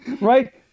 Right